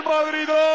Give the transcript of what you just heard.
Madrid